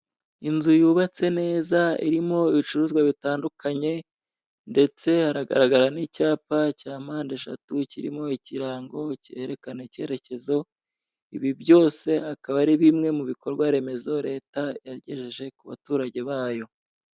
Inzu yubatse neza irimo ibicuruzwa bitandukanye, ndetse hagaragara n'icyapa cya mpandeshatu kirimo ikirango cyerekana icyerekezo, ibi byose akaba ari bimwe mu bikorwaremezo leta yagejeje ku baturage bayo.